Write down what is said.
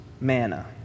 manna